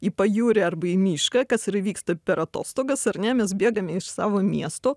į pajūrį arba į mišką kas ir įvyksta per atostogas ar ne mes bėgame iš savo miesto